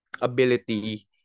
ability